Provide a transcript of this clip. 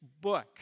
book